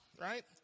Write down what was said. right